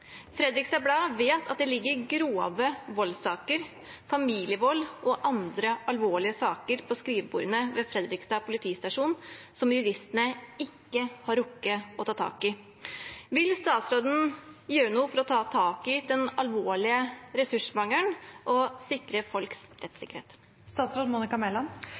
Blad vet at det ligger grove voldssaker, familievold og andre alvorlige saker på skrivebordene ved Fredrikstad politistasjon som juristene ikke har rukket å ta tak i.» Hva vil statsråden gjøre for å ta tak i den alvorlige ressursmangelen og sikre folks